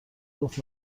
گفت